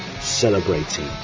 celebrating